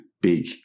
big